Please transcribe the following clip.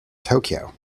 tokyo